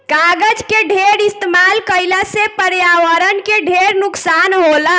कागज के ढेर इस्तमाल कईला से पर्यावरण के ढेर नुकसान होला